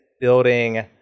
building